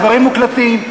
הדברים מוקלטים.